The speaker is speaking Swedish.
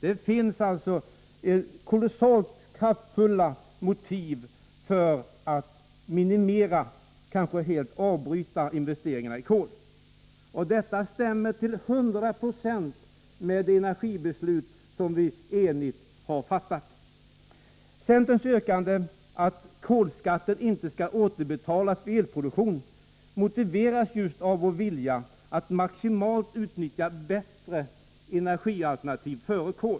Det finns alltså starka motiv för att minimera och kanske helt avbryta investeringarna i kol. Detta stämmer till 100 20 med det energibeslut som vi enigt har fattat. Centerns yrkande att kolskatt inte skall återbetalas vid elproduktion motiveras just av vår vilja att maximalt utnyttja de bättre energialternativen.